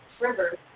River